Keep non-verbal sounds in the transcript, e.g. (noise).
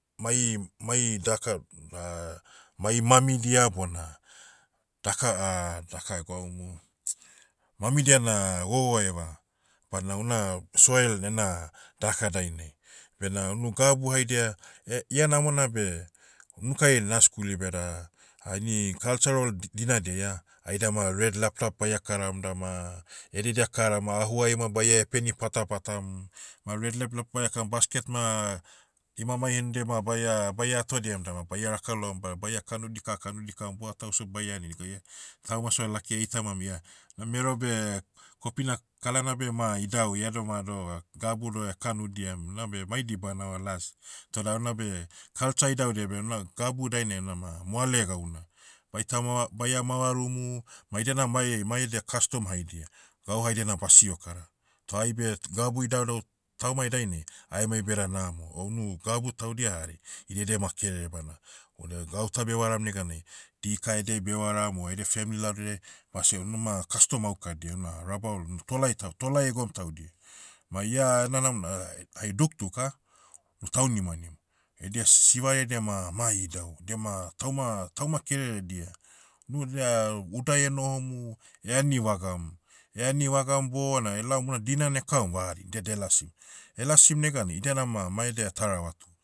Mai- mai daka, (hesitation) mai mamidia bona, daka (hesitation) daka egwaumu, (noise) mamidia na, gogoeva. Badna una, soil ena, dahaka dainai. Bena unu gabu haidia, eh- ianamona beh, unukai naskuli beda, (hesitation) ni cultural, di- dinadia ah, aidama red laplap baia karam dama, ededia kara ma ahuai ma baie peni pata patam. Ma red laplap baia kam basket na, imamai henudiai ma baia- baia atodiam dama baia raka loam ba baia kanudi ka kanudia kam buatau so baiani goia. Tauma so lakiai eitamam ia, na mero beh, kopina, kalana beh ma idau iado ma doh, gabu doh ekanudiam nabe mai dibana eva las. Toda onabe, culture idaudia beh una gabu dainai unama moale gauna. Baita mava- baia mavarumu, ma idia na mai- mai edia kastom haidia. Gau haidia na basio kara. Toh aibe t- gabu idaudau, taumai dainai, aemai beda namo. O unu gabu taudia hari, idedia ma kerere bana, oda gauta bevaram neganai, dika ediai bevaram o edia femli laldie, basie- unuma kastom aukadia una rabaul, n- tolai tau- tolai egoum taudia. Ma ia, ena nam na, hai dukduk ah, nu taunimanim, edia sivaraidia ma- ma idau. Diama tauma- tauma kereredia. Nu da, udai enohomu, eani vagam. Eani vagam bona elaom bona dinana ekaum vaden, dia delasi. Elasim neganai idia na ma, mai edia taravatu.